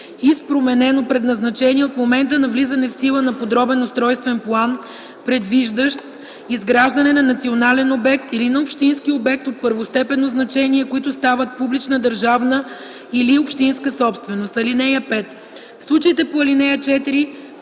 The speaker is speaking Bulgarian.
с променено предназначение от момента на влизане в сила на подробен устройствен план, предвиждащ изграждане на национален обект или на общински обект от първостепенно значение, които стават публична държавна или общинска собственост. (5) В случаите по ал. 4